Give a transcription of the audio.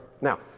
Now